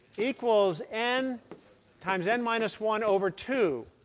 equals n times n minus one over two.